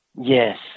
yes